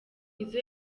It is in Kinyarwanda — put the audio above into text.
izo